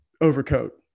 overcoat